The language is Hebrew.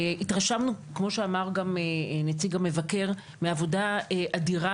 התרשמנו כמו שגם אמר נציג המבקר מעבודה אדירה